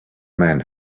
man